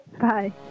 Bye